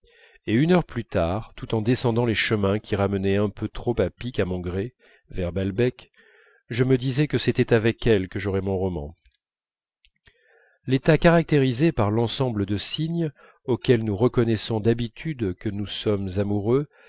et une heure plus tard tout en descendant les chemins qui ramenaient un peu trop à pic à mon gré vers balbec je me disais que c'était avec elle que j'aurais mon roman l'état caractérisé par l'ensemble des signes auxquels nous reconnaissons d'habitude que nous sommes amoureux